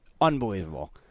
unbelievable